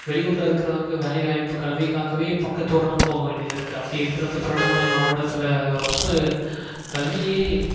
வெளியூர்ல இருக்கிறவங்க வேலைவாய்ப்பு கல்விக்காகவே பக்கத்து ஊர்லாம் போகவேண்டியது இருக்குது அப்படி இருக்கிறப்ப திருவண்ணாமலை மாவட்டத்தில் ரொம்ப கல்வியே